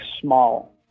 small